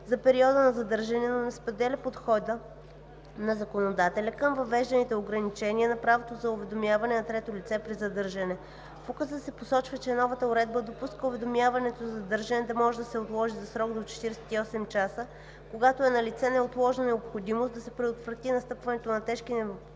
периода на задържане, но не споделя подхода на законодателя към въвежданите ограничения на правото за уведомяване на трето лице при задържане. В Указа се посочва, че новата уредба допуска уведомяването за задържане да може да се отложи за срок до 48 часа, когато е налице неотложна необходимост да се предотврати настъпването на тежки неблагоприятни